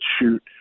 shoot